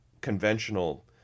conventional